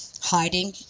hiding